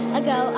ago